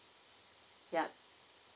yup